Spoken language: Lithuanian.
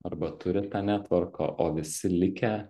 arba turi tą netvorką o visi likę